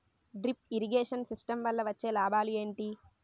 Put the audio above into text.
Drip irrigation system వల్ల వచ్చే లాభాలు ఏంటి?